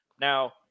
Now